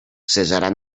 cessaran